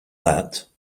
that